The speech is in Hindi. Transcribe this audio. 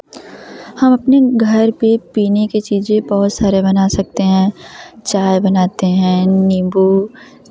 हम अपने घर पर पीने की चीज़ें बहुत सारे बना सकते हैं चाय बनाते हैं नींबू